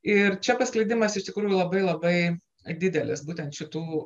ir čia pasklidimas iš tikrųjų labai labai didelis būtent šitų